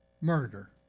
murder